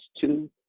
two